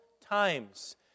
times